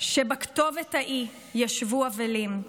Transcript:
שבכתובת ההיא ישבו אבלים /